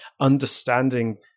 understanding